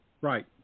Right